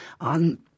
on